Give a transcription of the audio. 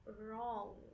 wrong